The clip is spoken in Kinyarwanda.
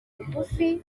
rugufi